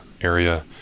area